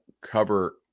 cover